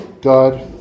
God